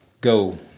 go